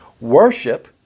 Worship